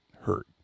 hurt